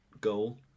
goal